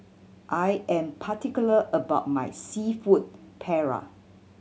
I am particular about my Seafood Paella